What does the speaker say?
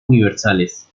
universales